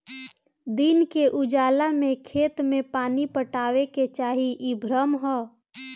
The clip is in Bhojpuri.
दिन के उजाला में खेत में पानी पटावे के चाही इ भ्रम ह